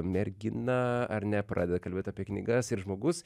mergina ar ne pradeda kalbėt apie knygas ir žmogus